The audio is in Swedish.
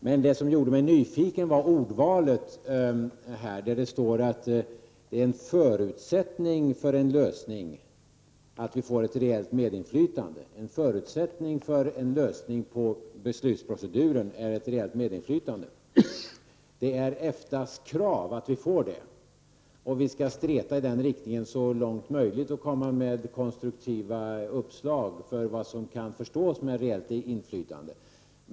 Men det som gjorde mig nyfiken var ordvalet här, att en förutsättning för en lösning i fråga om beslutsproceduren är att vi får ett reellt medinflytande. Det är EFTA:s krav att vi får detta, och vi skall streta i den riktningen så långt möjligt och komma med konstruktiva uppslag om vad som kan förstås med reellt inflytande.